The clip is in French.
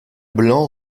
blanc